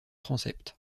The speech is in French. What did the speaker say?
transept